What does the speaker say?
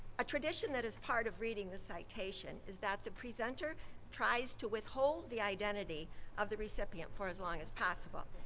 a tradition that is part of reading the citation is that the presenter tries to withhold the identity of the recipient for as long as possible,